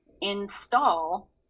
install